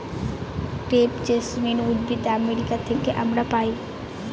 crepe jasmine উদ্ভিদ America থেকে আমরা পাই